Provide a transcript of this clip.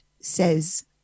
says